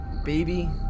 baby